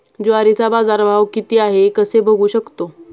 ज्वारीचा बाजारभाव किती आहे कसे बघू शकतो?